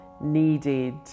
needed